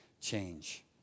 change